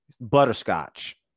butterscotch